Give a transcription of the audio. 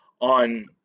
on